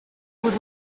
was